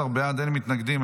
15 בעד, אין מתנגדים.